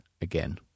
again